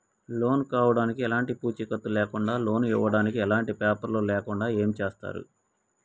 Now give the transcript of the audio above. Loan కావడానికి ఎలాంటి పూచీకత్తు లేకుండా లోన్ ఇవ్వడానికి ఎలాంటి పేపర్లు లేకుండా ఏం చేస్తారు?